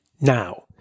Now